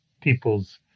people's